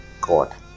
God